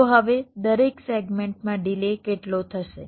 તો હવે દરેક સેગમેન્ટમાં ડિલે કેટલો થશે